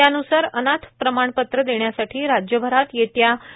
त्यान्सार अनाथ प्रमाणपत्र देण्यासाठी राज्यभरात येत्या दि